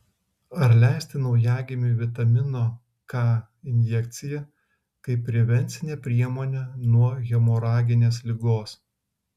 ar leisti naujagimiui vitamino k injekciją kaip prevencinę priemonę nuo hemoraginės ligos